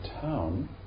town